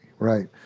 Right